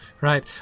right